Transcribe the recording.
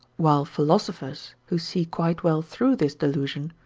while philosophers, who see quite well through this delusion,